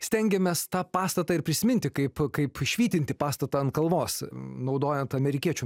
stengiamės tą pastatą ir prisiminti kaip kaip švytintį pastatą ant kalvos naudojant amerikiečių